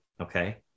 Okay